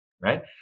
Right